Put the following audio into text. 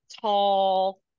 tall